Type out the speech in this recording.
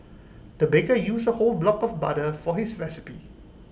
the baker used A whole block of butter for his recipe